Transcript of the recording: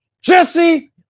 Jesse